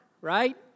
right